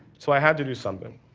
so i had to do something.